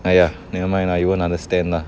!aiya! never mind lah you won't understand lah